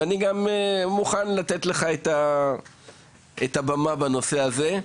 אני גם מוכן לתת לך את הבמה בנושא הזה,